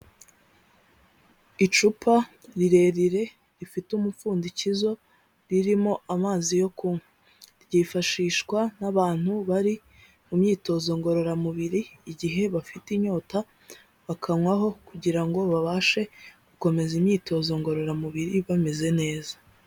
Icupa rirerire rifite umupfundikizo ririmo amazi yo kunywa, ryifashishwa n'abantu bari mu myitozo ngororamubiri igihe bafite inyota, bakanywaho kugira ngo babashe gukomeza imyitozo ngororamubiri bameze neza.